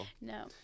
no